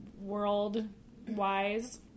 world-wise